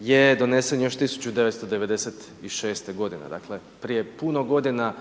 je donesen još 1996. godine dakle, prije puno godina.